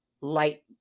light